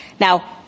Now